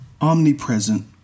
omnipresent